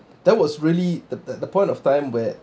that was really the the point of time when